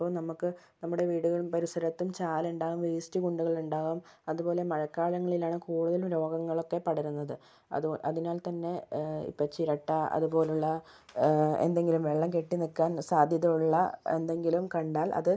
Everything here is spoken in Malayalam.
അപ്പോൾ നമുക്ക് നമ്മുടെ വീടുകളിൽ പരിസരത്തും ചാലുണ്ടാവും വേസ്റ്റ് കുണ്ടുകളുണ്ടാവും അതുപോലെ മഴക്കാലങ്ങളിലാണ് കൂടുതൽ രോഗങ്ങളൊക്കെ പടരുന്നത് അതുകൊ അതിനാൽ തന്നെ ഇപ്പോൾ ചിരട്ട അതുപോലുള്ള എന്തെങ്കിലും വെള്ളം കെട്ടിനിക്കാൻ സാധ്യത ഉള്ള എന്തെങ്കിലും കണ്ടാൽ അത്